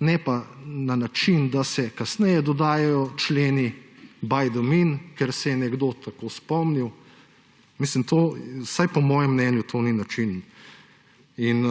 ne pa na način, da se kasneje dodajajo členi, ker se je nekdo tako spomnil. Vsaj po mojem mnenju to ni način. In